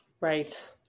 right